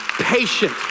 patient